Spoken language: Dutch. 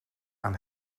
aan